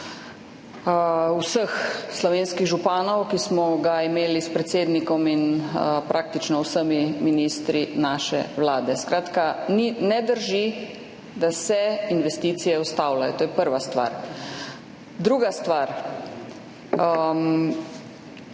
vseh slovenskih županov, ki smo ga imeli s predsednikom in praktično vsemi ministri naše vlade. Skratka, ne drži, da se investicije ustavljajo. To je prva stvar. Druga stvar.